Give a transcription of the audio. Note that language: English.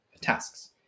tasks